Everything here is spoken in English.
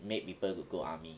make people to go army